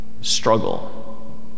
struggle